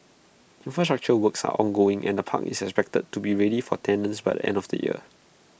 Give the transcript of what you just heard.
infrastructure works are ongoing and the park is expected to be ready for tenants by the end of the year